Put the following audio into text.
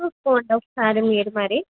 చూసుకోండి ఒకసారి మీరు మరి